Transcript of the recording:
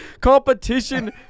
competition